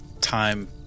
time